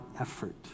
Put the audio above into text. effort